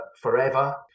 forever